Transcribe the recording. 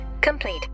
complete